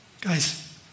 Guys